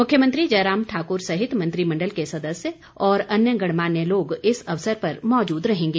मुख्यमंत्री जयराम ठाकुर सहित मंत्रिमण्डल के सदस्य और अन्य गणमान्य लोग इस अवसर पर मौजूद रहेंगे